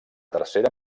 tercera